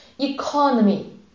Economy